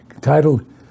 titled